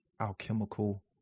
alchemical